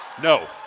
No